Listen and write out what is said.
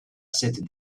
cette